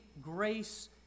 grace